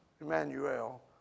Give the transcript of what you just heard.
Emmanuel